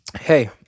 Hey